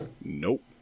nope